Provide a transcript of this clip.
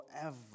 forever